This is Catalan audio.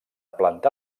planta